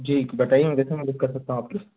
जी बताइए मैं कैसे मदद कर सकता हूँ आपकी